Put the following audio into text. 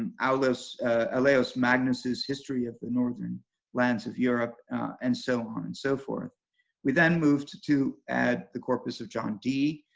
and ah olaus magnus's history of the northern lands of europe and so on and so forth we then moved to add the corpus of john dee,